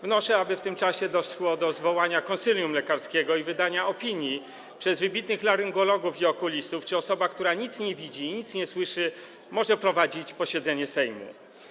Wnoszę, aby w tym czasie doszło do zwołania konsylium lekarskiego i wydania opinii przez wybitnych laryngologów i okulistów, czy osoba, która nic nie widzi, nic nie słyszy, może prowadzić posiedzenie Sejmu.